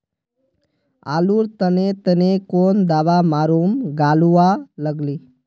आलूर तने तने कौन दावा मारूम गालुवा लगली?